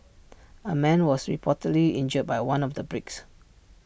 A man was reportedly injured by one of the bricks